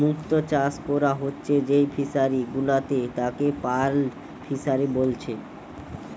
মুক্ত চাষ কোরা হচ্ছে যেই ফিশারি গুলাতে তাকে পার্ল ফিসারী বলছে